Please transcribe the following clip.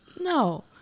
No